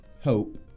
hope